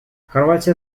хорватия